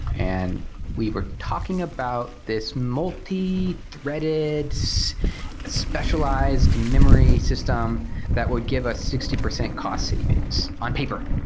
and we were talking about this multithreaded specialized memory system that would give us sixty percent cost savings on paper.